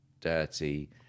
dirty